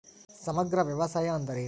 ಸಮಗ್ರ ವ್ಯವಸಾಯ ಅಂದ್ರ ಏನು?